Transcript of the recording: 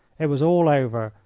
it was all over.